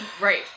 Right